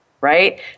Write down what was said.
right